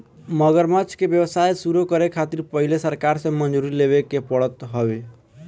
मगरमच्छ के व्यवसाय शुरू करे खातिर पहिले सरकार से मंजूरी लेवे के पड़त हवे